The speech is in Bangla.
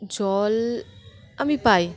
জল আমি পাই